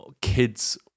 kids